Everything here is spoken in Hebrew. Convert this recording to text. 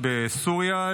בסוריה,